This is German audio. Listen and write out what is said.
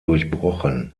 durchbrochen